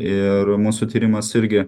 ir mūsų tyrimas irgi